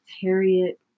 Harriet